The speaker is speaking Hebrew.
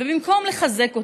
ובמקום לחזק אותם,